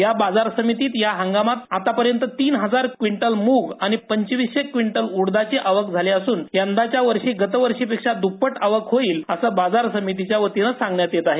याबाजार समितीत या हंगामात आतापर्यंत तीन हजार क्विंटल म्रग आणि पंचवीसशे क्विटल उडीदाची आवक झाली अस्रन यंदाच्या वर्षी गतीवर्षीपेक्षा दप्पट आवक होईल असं बाजार समितीच्या वतीनं सांगण्यात येत आहे